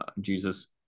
Jesus